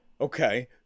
Okay